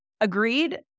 Agreed